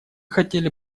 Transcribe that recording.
хотели